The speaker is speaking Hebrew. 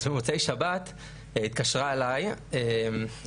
במוצאי שבת האחרון התקשרה אליי טרנסית,